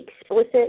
explicit